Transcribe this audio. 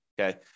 okay